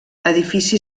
edifici